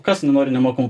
kas nenori nemokamų